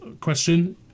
question